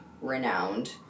renowned